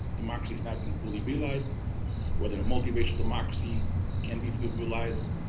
democracy has not been fully realized whether a multiracial democracy can be fully realized.